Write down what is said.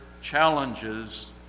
challenges